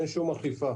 אין שום אכיפה.